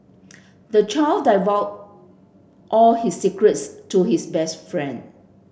the child divulged all his secrets to his best friend